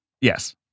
Yes